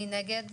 מי נגד?